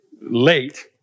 late